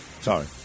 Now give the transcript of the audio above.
Sorry